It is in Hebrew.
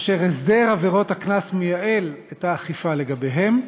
אשר הסדר עבירות הקנס מייעל את האכיפה לגביהן,